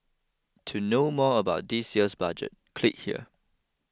to know more about this year's budget click here